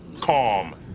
Calm